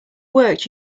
worked